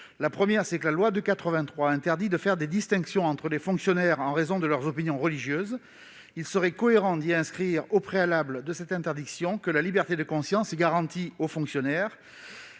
Premièrement, la loi de 1983 interdit de faire des distinctions entre les fonctionnaires en raison de leurs opinions religieuses ; il serait cohérent d'y inscrire, au préalable de cette interdiction, que la liberté de conscience est garantie aux fonctionnaires.